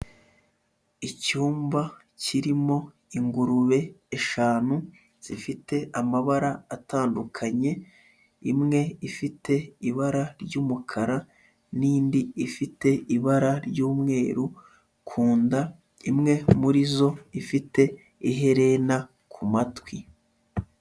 Icyumba kirimo ingurube eshanu zifite amabara atandukanye, imwe ifite ibara ry'umukara n'indi ifite ibara ry'umweru ku nda, imwe muri zo ifite iherena ku matwi.